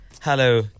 Hello